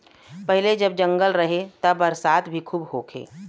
पहिले जब जंगल रहे त बरसात भी खूब होखे